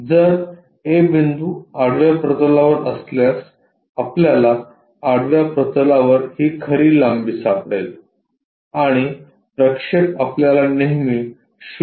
जर a बिंदू आडव्या प्रतलावर असल्यास आपल्याला आडव्या प्रतलावर ही खरी लांबी सापडेल आणि प्रक्षेप आपल्याला नेहमी 0 देईल